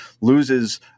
loses